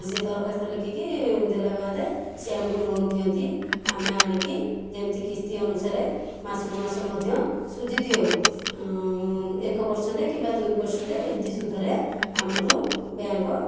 ସେ ଦରଖାସ୍ତ ଲେଖିକି ଦେଲା ବାଦ୍ ସେ ଆମକୁ ଲୋନ୍ ଦିଅନ୍ତି ଆମେ ଆଣିକି ଯେମିତି କିସ୍ତି ଅନୁସାରେ ମାସକୁ ମାସ ମଧ୍ୟ ଶୁଝିଦେଉ ଏକ ପରସେଣ୍ଟ କିମ୍ବା ଦୁଇ ପରସେଣ୍ଟ ଏମିତି ସୁଧରେ ଆମଠୁ ବ୍ୟାଙ୍କ୍